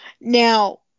Now